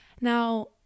now